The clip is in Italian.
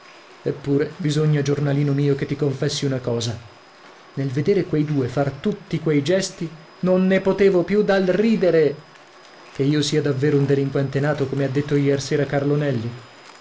eppure bisogna giornalino mio che ti confessi una cosa nel vedere quei due far tutti quei gesti non ne potevo più dal ridere che io sia davvero un delinquente nato come ha detto iersera carlo nelli